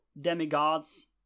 demigods